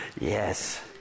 Yes